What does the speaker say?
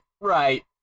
Right